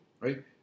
right